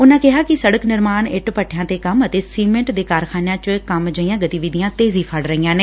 ਉਨਾਂ ਕਿਹਾ ਕਿ ਸੜਕ ਨਿਰਮਾਣ ਇੱਟ ਭੱਠਿਆਂ ਤੇ ਕੰਮ ਅਤੇ ਸੀਮਿੰਟ ਦੇ ਕਾਰਖ਼ਾਨਿਆਂ ਚ ਕੰਮ ਜਿਹੀਆਂ ਗਤੀਵਿਧੀਆਂ ਤੇਜ਼ੀ ਫੜ ਰਹੀਆਂ ਨੇ